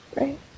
Right